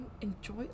enjoy